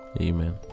Amen